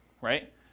right